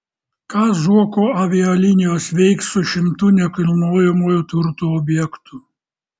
ką zuoko avialinijos veiks su šimtu nekilnojamojo turto objektų